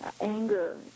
anger